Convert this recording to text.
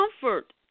Comfort